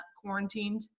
quarantined